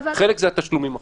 חלק זה התשלומים עכשיו.